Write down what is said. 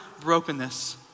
brokenness